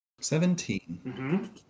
Seventeen